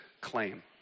claim